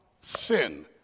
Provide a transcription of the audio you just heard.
sin